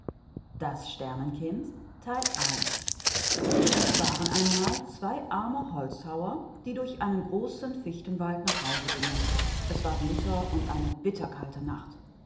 das sternenkind es waren einmal zwei arme holzfäller die durch einen großen tannenwald nach hause gingen es war winter und die nacht